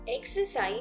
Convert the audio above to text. exercise